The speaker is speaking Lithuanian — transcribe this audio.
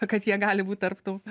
kad jie gali būt tarp tų